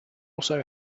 also